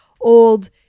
old